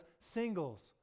singles